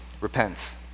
repents